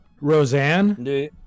Roseanne